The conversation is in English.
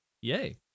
Yay